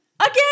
again